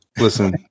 Listen